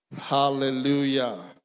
Hallelujah